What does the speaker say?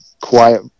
quiet